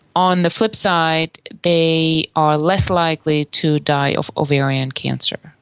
on the flip side, they are less likely to die of ovarian cancer.